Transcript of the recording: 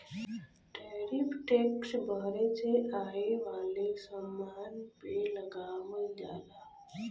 tariff tax बहरे से आये वाले समान पे लगावल जाला